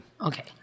Okay